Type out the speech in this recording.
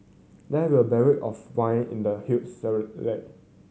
there were barrel of wine in the huge